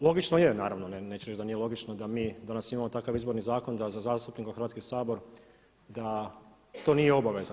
Logično je naravno neću reći da nije logično da mi danas imamo takav Izborni zakon da za zastupnika u Hrvatski sabor da to nije obveza.